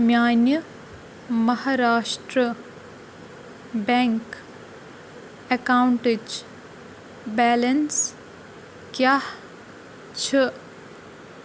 میٛانہِ مہاراشٹرٛا بٮ۪نٛک اٮ۪کاوُنٹٕچ بیلٮ۪نٛس کیٛاہ چھُ